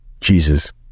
Jesus